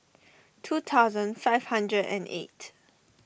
two thousand five hundred and eight